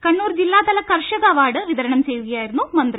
കണ്ണൂർ ജില്ലാതല കർഷക അവാർഡ് വിതരണം ചെയ്ത് സംസാരിക്കുകയായിരുന്നു മന്ത്രി